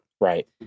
Right